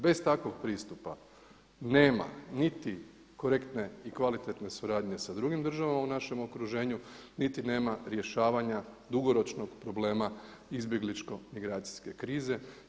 Bez takvog pristupa nema niti korektne niti kvalitetne suradnje sa drugim državama u našem okruženju, niti nema rješavanja dugoročnog problema izbjegličko-migracijske krize.